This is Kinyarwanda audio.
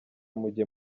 mujye